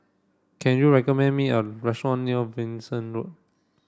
can you recommend me a restaurant near Venus Road